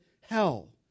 hell